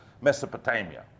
Mesopotamia